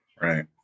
Right